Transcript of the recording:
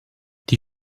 die